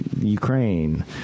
Ukraine